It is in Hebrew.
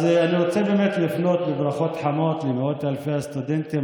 אז אני רוצה לפנות בברכות חמות למאות אלפי הסטודנטים,